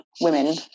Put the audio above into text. women